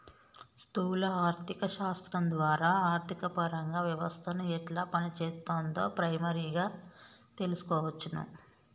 స్థూల ఆర్థిక శాస్త్రం ద్వారా ఆర్థికపరంగా వ్యవస్థను ఎట్లా పనిచేత్తుందో ప్రైమరీగా తెల్సుకోవచ్చును